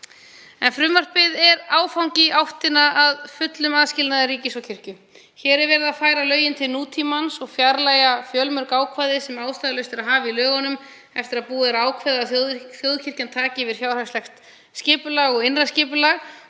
Frumvarpið er áfangi í áttina að fullum aðskilnaði ríkis og kirkju. Hér er verið að færa lögin til nútímans og fjarlægja fjölmörg ákvæði sem ástæðulaust er að hafa í lögunum eftir að búið er að ákveða að þjóðkirkjan taki yfir fjárhagslegt skipulag og innra skipulag.